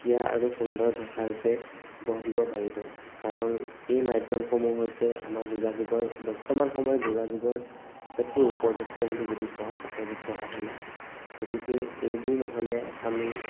সুকীয়া আৰু সুন্দৰ ভাষাৰূপে গঢ় দিব পাৰিব কাৰণ এই মাধ্য়মসমূহ হৈছে আমাৰ যোগাযোগৰ বৰ্তমান সময়ৰ যোগাযোগৰ আটাইতকৈ উপযুক্ত বুলি যদি কওঁ উপযুক্ত আহিলা গতিকে এইবোৰ নহ'লে আমি